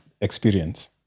Experience